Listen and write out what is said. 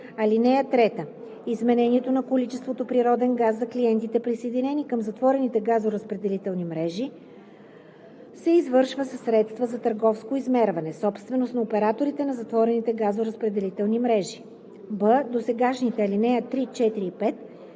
ал. 3: „(3) Измерването на количеството природен газ за клиентите, присъединени към затворените газоразпределителни мрежи, се извършва със средства за търговско измерване – собственост на операторите на затворените газоразпределителни мрежи.“; б) досегашните ал. 3, 4 и 5